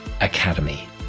academy